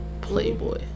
Playboy